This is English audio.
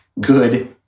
good